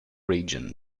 region